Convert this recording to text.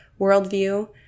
worldview